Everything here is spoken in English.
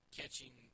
catching –